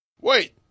Wait